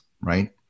right